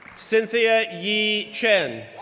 cynthia yi chen,